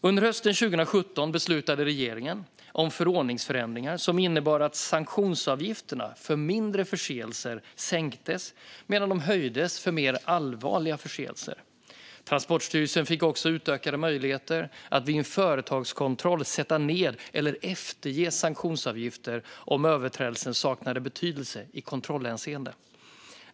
Under hösten 2017 beslutade regeringen om förordningsförändringar som innebar att sanktionsavgifterna för mindre förseelser sänktes medan de höjdes för mer allvarliga förseelser. Transportstyrelsen fick också utökade möjligheter att vid en företagskontroll sätta ned eller efterge sanktionsavgifter om överträdelsen saknar betydelse i kontrollhänseende.